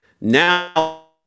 Now